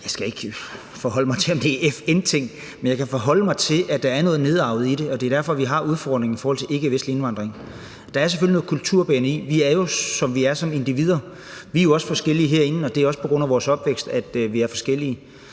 Jeg skal ikke forholde mig til, om det er FN-ting, men jeg kan forholde mig til, at der er noget nedarvet i det, og det er derfor, vi har udfordringen med ikkevestlig indvandring. Der er selvfølgelig noget kulturbærende i det. Vi er jo, som vi er, som individer. Vi er jo også forskellige herinde, og det er også på grund af vores opvækst, at vi er forskellige.